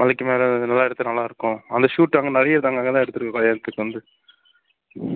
மலைக்கு மேலே நல்லா எடுக்க நல்லாயிருக்கும் அந்த ஷூட் அங்கே நிறைய இடங்கள் அங்கே தான் நாங்கள் எடுத்திருக்கோம் ஏற்கனவே வந்து